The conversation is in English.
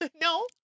No